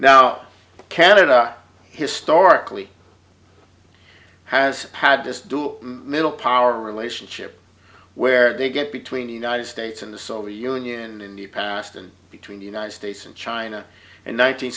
now canada historically has had this dual middle power relationship where they get between the united states and the soviet union in the past and between the united states and china in one nine